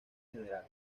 general